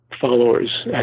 followers